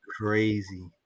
crazy